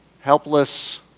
Helpless